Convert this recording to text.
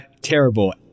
terrible